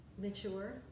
mature